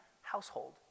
household